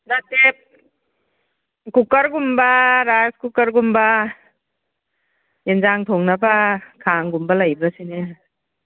ꯅꯠꯇꯦ ꯀꯨꯀꯔꯒꯨꯝꯕ ꯔꯥꯏꯁ ꯀꯨꯀꯔꯒꯨꯝꯕ ꯌꯦꯟꯁꯥꯡ ꯊꯣꯡꯅꯕ ꯈꯥꯡꯒꯨꯝꯕ ꯂꯩꯕ꯭ꯔꯥ ꯁꯤꯅꯤ